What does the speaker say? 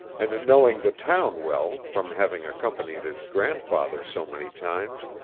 and knowing the town well from having accompanied his grandfather so many times,